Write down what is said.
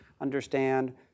understand